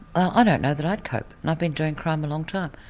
ah don't know that i'd cope, and i've been doing crime a long time.